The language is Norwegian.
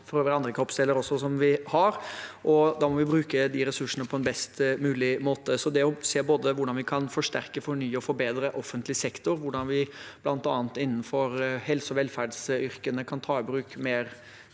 øvrig andre kroppsdeler også – som vi har, og da må vi bruke de ressursene på en best mulig måte. Så det å se hvordan vi kan både forsterke, fornye og forbedre offentlig sektor, hvordan vi bl.a. innenfor helse- og velferdsyrkene kan ta i bruk mer